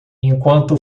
enquanto